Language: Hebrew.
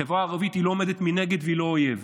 החברה הערבית לא עומדת מנגד והיא לא אויב.